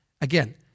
again